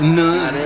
none